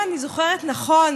אם אני זוכרת נכון,